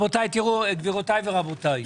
גבירותי ורבותיי,